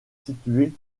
situé